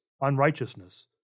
unrighteousness